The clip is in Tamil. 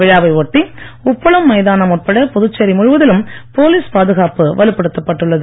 விழாவை ஒட்டி உப்பளம் உப்பளம் மைதானம் உட்பட புதுச்சேரி முழுவதிலும் போலீஸ் பாதுகாப்பு வலுப்படுத்தப்பட்டுள்ளது